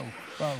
וואו, וואו.